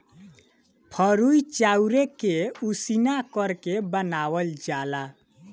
फरुई चाउरे के उसिना करके बनावल जाला